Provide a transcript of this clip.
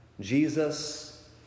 Jesus